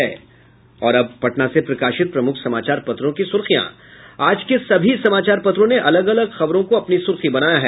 अब पटना से प्रकाशित प्रमुख समाचार पत्रों की सुर्खियां आज के सभी समाचार पत्रों ने अलग अलग खबरों को अपनी सुर्खी बनाया है